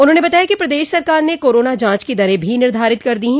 उन्होंने बताया कि प्रदेश सरकार ने कोरोना जॉच की दरें भी निर्धारित कर दी हैं